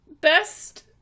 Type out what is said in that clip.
best